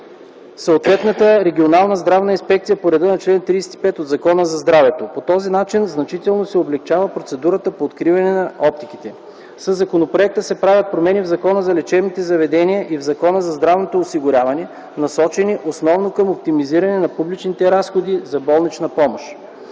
съответната регионална здравна инспекция по реда на чл. 35 от Закона за здравето. По този начин значително се облекчава процедурата по откриване на оптиките. Със законопроекта се правят промени в Закона за лечебните заведения и в Закона за здравното осигуряване, насочени основно към оптимизиране на публичните разходи за болнична помощ.